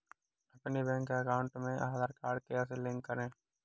अपने bank account में Aadhaar card कैसे लिंक करें?